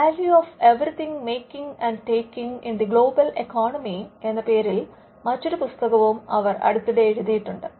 value of everything making and taking in the global economy Value of Everything Making and Taking in the Global Economy" എന്ന പേരിൽ മറ്റൊരു പുസ്തകവും അവർ അടുത്തിടെ എഴുതിയിട്ടുണ്ട്